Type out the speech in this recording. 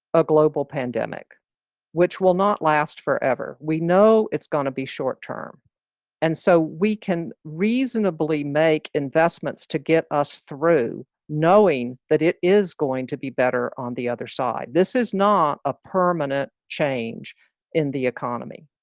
a global pandemic which will not last forever. we know it's gonna be short term and so we can reasonably make investments to get us through knowing that it is going to be better. on the other side, this is not a permanent change in the economy.